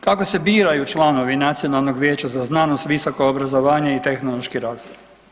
Kako se biraju članovi Nacionalnog vijeća za znanost, visoko obrazovanje i tehnološki razvoj?